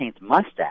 mustache